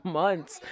months